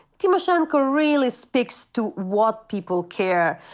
tymoshenko really speaks to what people care.